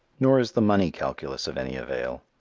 nor is the money calculus of any avail.